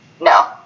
No